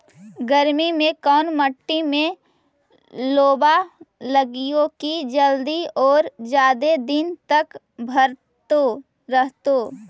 गर्मी में कोन मट्टी में लोबा लगियै कि जल्दी और जादे दिन तक भरतै रहतै?